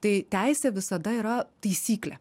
tai teisė visada yra taisyklė